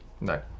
No